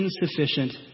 insufficient